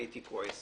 אני הייתי כועס.